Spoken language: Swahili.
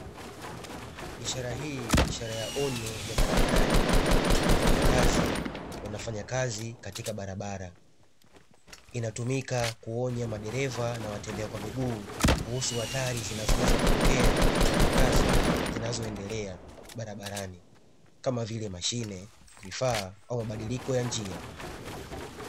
Ishara hii ni ishara ya onyo barabarani wafanyakazi wanafanya kazi katika barabara, inatumika kuonya madereva na watembea kwa miguu kuhusu hatari zinazoweza kuwatokea na kutokana na kazi zinazoendelea barabarani kamavile mashine vifaa au mabadiliko ya njia.